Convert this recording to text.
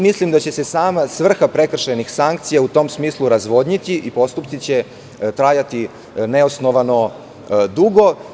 Mislim da će se sama svrha prekršajnih sankcija u tom smislu razvodniti i postupci će trajati neosnovano dugo.